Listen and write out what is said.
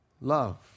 love